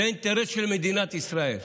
זה אינטרס של מדינת ישראל.